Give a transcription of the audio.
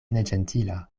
neĝentila